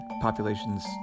populations